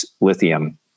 lithium